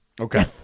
Okay